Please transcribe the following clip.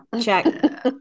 check